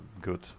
good